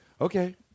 Okay